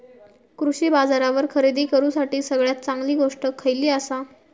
कृषी बाजारावर खरेदी करूसाठी सगळ्यात चांगली गोष्ट खैयली आसा?